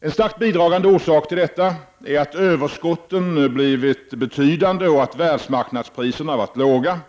En starkt bidragande orsak till detta är att överskotten nu blivit betydande och att världsmarknadspriserna har varit låga.